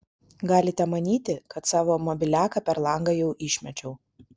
galite manyti kad savo mobiliaką per langą jau išmečiau